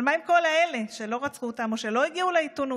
אבל מה עם כל אלה שלא רצחו אותן או שלא הגיעו לעיתונות?